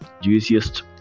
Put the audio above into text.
juiciest